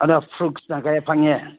ꯑꯗꯨꯒ ꯐ꯭ꯔꯨꯠꯁꯅ ꯀꯌꯥ ꯐꯪꯉꯦ